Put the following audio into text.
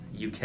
UK